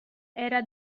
era